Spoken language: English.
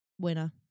winner